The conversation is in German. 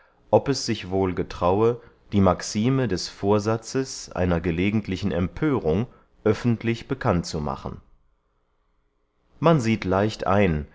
ob es sich wohl getraue die maxime des vorsatzes einer gelegentlichen empörung öffentlich bekannt zu machen man sieht leicht ein